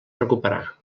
recuperar